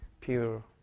pure